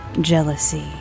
jealousy